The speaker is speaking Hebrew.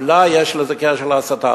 שאולי יש לזה קשר להסתה.